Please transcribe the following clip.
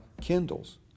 kindles